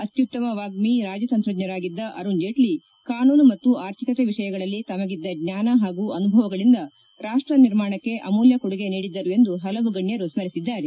ಅತ್ಯುತ್ತಮ ವಾಗ್ನಿ ರಾಜತಂತ್ರಜ್ಞರಾಗಿದ್ದ ಅರುಣ್ ಜೇಟ್ಲ ಕಾನೂನು ಮತ್ತು ಆರ್ಥಿಕತೆ ವಿಷಯಗಳಲ್ಲಿ ತಮಗಿದ್ದ ಜ್ವಾನ ಹಾಗೂ ಅನುಭವಗಳಿಂದ ರಾಷ್ಟ ನಿರ್ಮಾಣಕ್ಕೆ ಅಮೂಲ್ಲ ಕೊಡುಗೆ ನೀಡಿದ್ದರು ಎಂದು ಪಲವು ಗಣ್ಣರು ಸರಿಸಿದ್ದಾರೆ